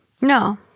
No